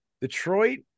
Detroit